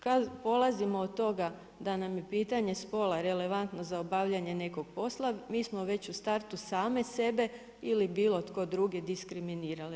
Kad polazimo od toga da nam je pitanje spola relevantno za obavljanje nekog posla, mi smo već u startu sami sebe ili bilo tko drugi diskriminirali.